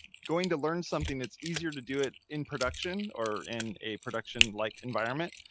going to learn something. it's easier to do it. in production or in a production like environment,